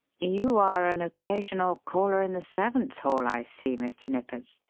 you are an occasional caller in the servants' hall, i see, mr. nippers,